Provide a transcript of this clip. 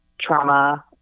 trauma